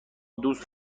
دوست